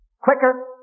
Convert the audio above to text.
quicker